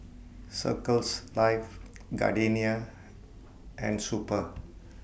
Circles Life Gardenia and Super